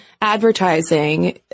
advertising